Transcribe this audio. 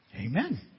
Amen